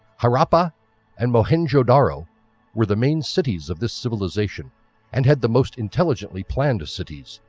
harappa and mohenjo-daro were the main cities of this civilization and had the most intelligently planned cities,